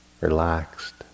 relaxed